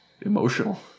emotional